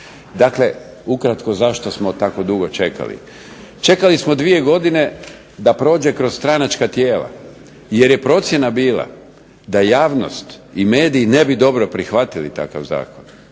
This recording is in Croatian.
Dakle, ukratko zašto smo tako dugo čekali? Čekali smo dvije godine da prođe kroz stranačka tijela, jer je procjena bila da javnost i mediji ne bi dobro prihvatili takav zakon